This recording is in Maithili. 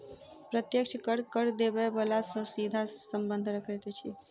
प्रत्यक्ष कर, कर देबय बला सॅ सीधा संबंध रखैत अछि